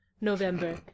november